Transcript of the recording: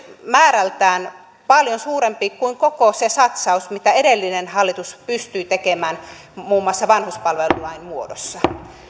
määrältään paljon suurempi kuin koko se satsaus mitä edellinen hallitus pystyi tekemään muun muassa vanhuspalvelulain muodossa